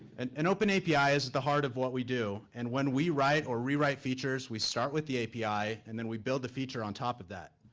an open api is at the heart of what we do. and when we write or rewrite features, we start with the api, and then we build a feature on top of that.